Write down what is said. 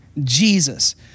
Jesus